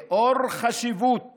לאור חשיבות